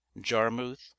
Jarmuth